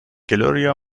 gloria